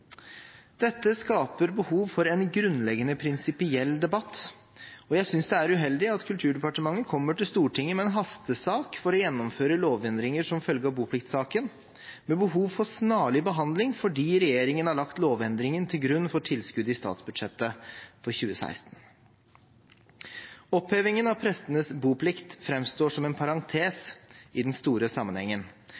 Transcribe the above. Dette skaper behov for en grunnleggende prinsipiell debatt. Jeg synes det er uheldig at Kulturdepartementet kommer til Stortinget med en hastesak for å gjennomføre lovendringer som følge av bopliktsaken med behov for snarlig behandling, fordi regjeringen har lagt lovendringen til grunn for tilskudd i statsbudsjettet for 2016. Opphevingen av prestenes boplikt framstår som en parentes i den store sammenhengen,